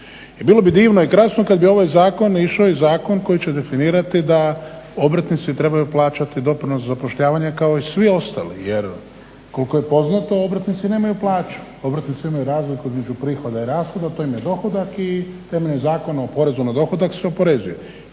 bilo bi divno i krasno kad bi ovaj zakon išao i zakon koji će definirati da obrtnici trebaju plaćati doprinos za zapošljavanje kao i svi ostali jer koliko je poznato obrtnici nemaju plaću, obrtnici imaju razliku između prihoda i rashoda to im je dohodak. I temeljem Zakona o porezu na dohodak se oporezuju.